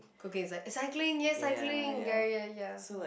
okay it's like cycling ya cycling ya ya ya